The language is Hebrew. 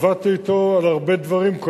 עבדתי אתו על הרבה דברים,